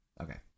Okay